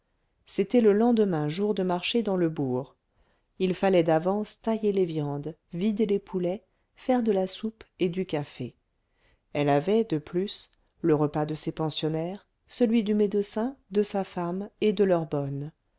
c'était le lendemain jour de marché dans le bourg il fallait d'avance tailler les viandes vider les poulets faire de la soupe et du café elle avait de plus le repas de ses pensionnaires celui du médecin de sa femme et de leur bonne